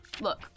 Look